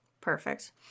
Perfect